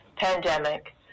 Pandemic